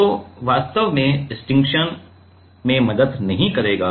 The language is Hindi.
तो यह वास्तव में स्टिक्शन में मदद नहीं करेगा